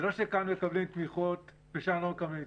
זה לא שכאן מקבלים תמיכות ושם לא מקבלים תמיכות.